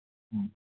ம்